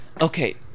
Okay